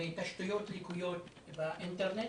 מתשתיות לקויות באינטרנט,